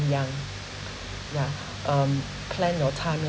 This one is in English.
young yeah um plan your time